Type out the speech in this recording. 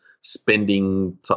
spending